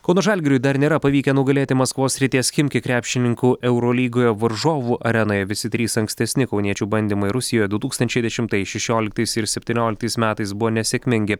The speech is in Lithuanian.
kauno žalgiriui dar nėra pavykę nugalėti maskvos srities chimki krepšininkų eurolygoje varžovų arenoje visi trys ankstesni kauniečių bandymai rusijoj du tūkstančiai dešimtais šešioliktais ir septynioliktais metais buvo nesėkmingi